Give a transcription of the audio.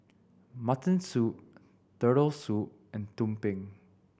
mutton soup Turtle Soup and tumpeng